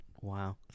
Wow